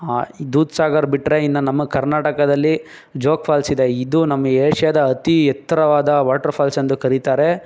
ಈ ದೂದ್ ಸಾಗರ್ ಬಿಟ್ಟರೆ ಇನ್ನು ನಮ್ಮ ಕರ್ನಾಟಕದಲ್ಲಿ ಜೋಗ್ ಫಾಲ್ಸ್ ಇದೆ ಇದು ನಮ್ಮ ಏಷ್ಯಾದ ಅತೀ ಎತ್ತರವಾದ ವಾಟ್ರ್ಫಾರ್ಲ್ಸ್ ಎಂದು ಕರೀತಾರೆ